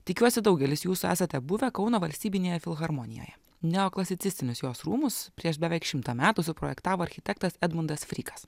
tikiuosi daugelis jūsų esate buvę kauno valstybinėje filharmonijoj neoklasicistinius jos rūmus prieš beveik šimtą metų suprojektavo architektas edmundas frikas